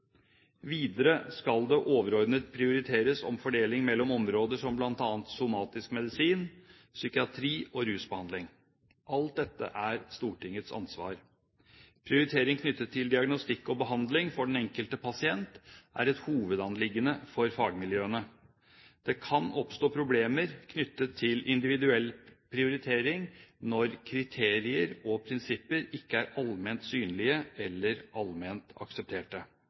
Videre skal det overordnet prioriteres når det gjelder fordeling mellom områder som bl.a. somatisk medisin, psykiatri og rusbehandling. Alt dette er Stortingets ansvar. Prioritering knyttet til diagnostikk og behandling for den enkelte pasient er et hovedanliggende for fagmiljøene. Det kan oppstå problemer knyttet til individuell prioritering når kriterier og prinsipper ikke er allment synlige eller allment aksepterte.